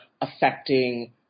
affecting